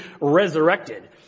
resurrected